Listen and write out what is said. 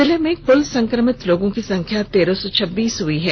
जिले में कुल संक्रमित लोगों की संख्या तेरह सौ छब्बीस हो गई है